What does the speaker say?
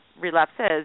relapses